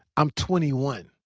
i'm twenty one.